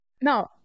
no